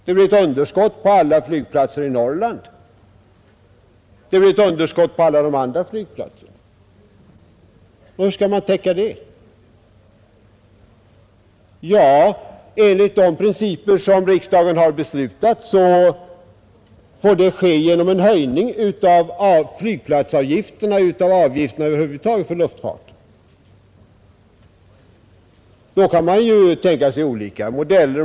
Det blir t.ex. ett underskott på alla flygplatser i Norrland. Hur skall man täcka det? Enligt de principer som riksdagen fastställt skulle det ske genom en höjning av flygplatsavgifterna och av avgifterna för luftfarten över huvud taget. Då kan man tänka sig olika modeller.